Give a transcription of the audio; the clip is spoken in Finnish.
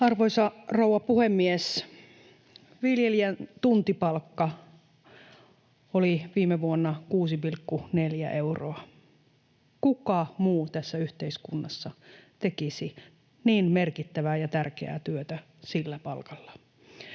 Arvoisa rouva puhemies! Viljelijän tuntipalkka oli viime vuonna 6,4 euroa. Kuka muu tässä yhteiskunnassa tekisi niin merkittävää ja tärkeää työtä sillä palkalla?